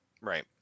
Right